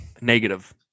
negative